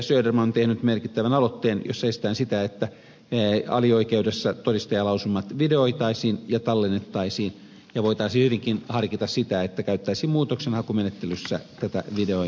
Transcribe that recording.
söderman on tehnyt merkittävän aloitteen jossa esitetään sitä että alioikeudessa todistajanlausunnot videoitaisiin ja tallennettaisiin ja voitaisiin hyvinkin harkita sitä että käytettäisiin muutoksenhakumenettelyssä tätä videotallennetta